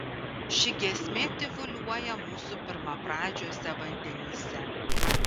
ši giesmė tyvuliuoja mūsų pirmapradžiuose vandenyse